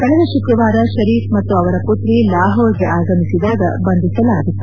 ಕಳೆದ ಶುಕ್ರವಾರ ಶರೀಘ್ ಮತ್ತು ಅವರ ಪುತ್ರಿ ಲಾಹೋರ್ಗೆ ಆಗಮಿಸಿದಾಗ ಬಂಧಿಸಲಾಗಿತ್ತು